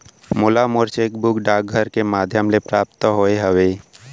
मोला मोर cheque book डाक के मध्याम ले प्राप्त होय हवे